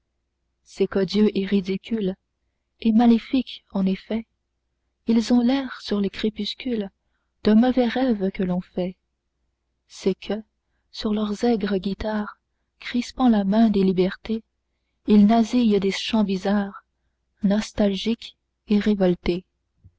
c'est qu'odieux et ridicules et maléfiques en effet ils ont l'air sur les crépuscules d'un mauvais rêve que l'on fait c'est que sur leurs aigres guitares crispant la main des libertés ils nasillent des chants bizarres nostalgiques et révoltés